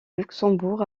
luxembourg